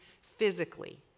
physically